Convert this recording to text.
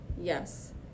Yes